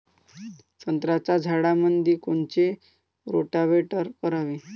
संत्र्याच्या झाडामंदी कोनचे रोटावेटर करावे?